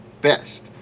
best